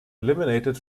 eliminated